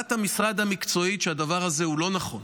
עמדת המשרד המקצועית היא שהדבר הזה הוא לא נכון.